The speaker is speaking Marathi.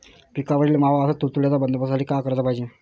पिकावरील मावा अस तुडतुड्याइच्या बंदोबस्तासाठी का कराच पायजे?